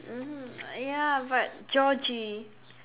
mmhmm ya but Georgie